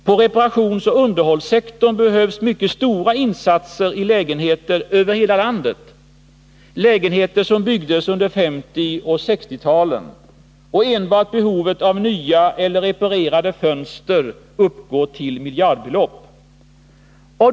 På reparationsoch underhållssektorn behövs mycket stora insatser i lägenheter över hela landet, lägenheter som byggdes under 1950 och 1960-talen. Enbart behovet av nya eller reparerade fönster uppgår till miljardbelopp.